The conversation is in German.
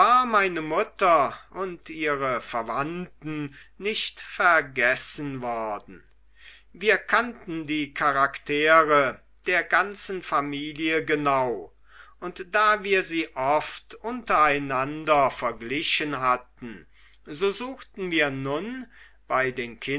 meine mutter und ihre verwandten nicht vergessen worden wir kannten die charaktere der ganzen familie genau und da wir sie oft untereinander verglichen hatten so suchten wir nun bei den